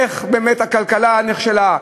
איך באמת הכלכלה נכשלה?